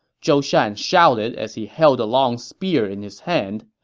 zhou shan shouted as he held a long spear in his hand.